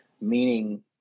meaning